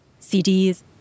CDs